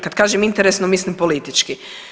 Kad kažem interesno mislim politički.